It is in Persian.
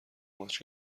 ماچ